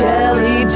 Jelly